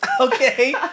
okay